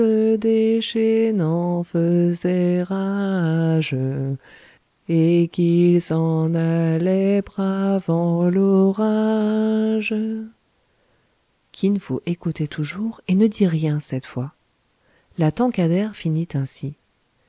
et qu'il s'en allait bravant l'orage kin fo écoutait toujours et ne dit rien cette fois la tankadère finit ainsi